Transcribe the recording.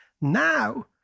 Now